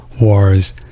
wars